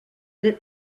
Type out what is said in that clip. lit